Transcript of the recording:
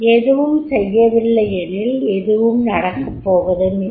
எதுவும் செய்யவில்லையெனில் எதுவும் நடக்கப்போவதுமில்லை